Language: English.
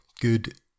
good